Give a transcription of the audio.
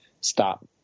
stop